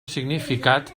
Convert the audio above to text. significat